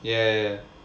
ya ya ya